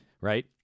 right